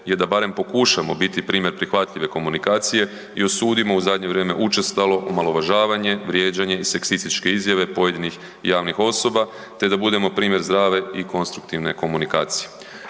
je da barem pokušamo biti primjer prihvatljive komunikacije i osudimo u zadnje vrijeme učestalo omalovažavanje, vrijeđanje i seksističke izjave pojedinih javnih osoba, te da budemo primjer zdrave i konstruktivne komunikacije.